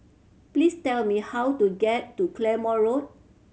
please tell me how to get to Claymore Road